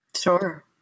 Sure